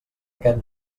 aquest